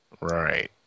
Right